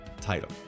title